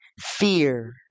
fear